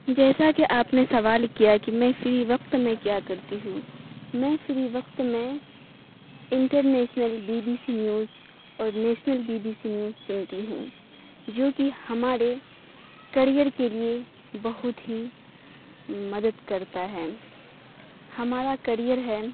جیسا کہ آپ نے سوال کیا کہ میں فری وقت میں کیا کرتی ہوں میں فری وقت میں international B B C news اور national B B C news سُنتی ہوں جو کہ ہمارے کریئر کے لیے بہت ہی مدد کرتا ہے ہمارا کریئر ہے